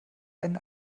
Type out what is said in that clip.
einen